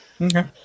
Okay